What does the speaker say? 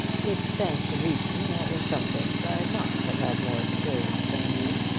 it stands to reason that in some things i must have had more experience than you.